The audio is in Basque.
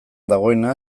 dagoena